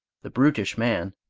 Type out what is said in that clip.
the brutish man,